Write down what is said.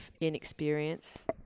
inexperience